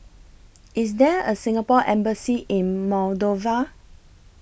IS There A Singapore Embassy in Moldova